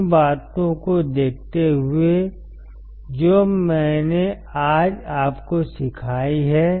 उन बातों को देखते हुए जो मैंने आज आपको सिखाई हैं